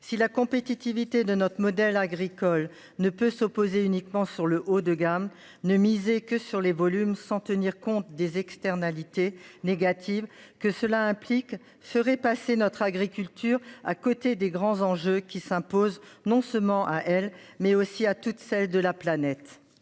si la compétitivité de notre modèle agricole ne peut s'opposer uniquement sur le haut de gamme ne miser que sur les volumes sans tenir compte des externalités négatives que cela implique serait passé notre agriculture, à côté des grands enjeux qui s'imposent non seulement à elle mais aussi à toutes celles de la planète.